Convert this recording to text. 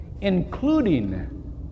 Including